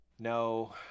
No